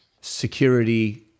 security